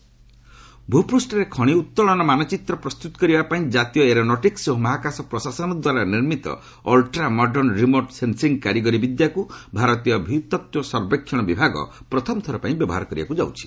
GSI ଭୂପୃଷ୍ଣରେ ଖଶି ଉତ୍ତୋଳନ ମାନଚିତ୍ର ପ୍ରସ୍ତୁତ କରିବା ପାଇଁ ଜାତୀୟ ଏରୋନଟିକ୍ସ ଓ ମହାକାଶ ପ୍ରଶାସନ ଦ୍ୱାରା ନିର୍ମିତ ଅଲଟ୍ରା ମର୍ଡନ୍ ରିମୋଟ୍ ସେନ୍ସିଂ କାରିଗରି ବିଦ୍ୟାକୁ ଭାରତୀୟ ଭୂତତ୍ତ୍ୱ ସର୍ବେକ୍ଷଣ ବିଭାଗ ପ୍ରଥମଥର ପାଇଁ ବ୍ୟବହାର କରିବାକୁ ଯାଉଛି